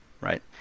right